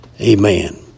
Amen